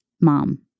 mom